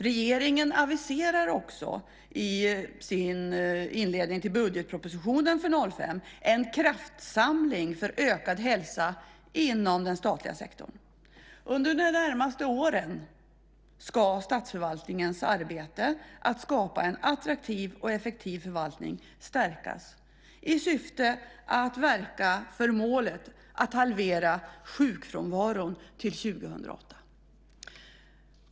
Regeringen aviserar också i sin inledning till budgetpropositionen för 2005 en kraftsamling för ökad hälsa inom den statliga sektorn. Under de närmaste åren ska statsförvaltningens arbete att skapa en attraktiv och effektiv förvaltning stärkas i syfte att verka för målet att halvera sjukfrånvaron till 2008.